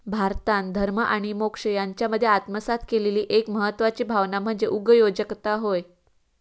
भारतान धर्म आणि मोक्ष यांच्यामध्ये आत्मसात केलेली एक महत्वाची भावना म्हणजे उगयोजकता होय